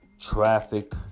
Traffic